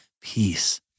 peace